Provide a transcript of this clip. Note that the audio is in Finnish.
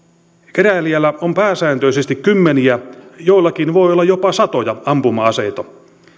keräilijällä on pääsääntöisesti kymmeniä joillakin voi olla jopa satoja ampuma aseita